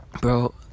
Bro